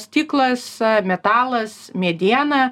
stiklas metalas mediena